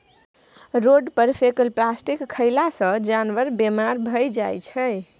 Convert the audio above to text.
road पर फेकल plastic खएला सँ जानबर बेमार भए जाइ छै